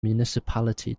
municipality